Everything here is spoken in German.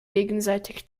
gegenseitig